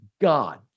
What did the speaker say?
God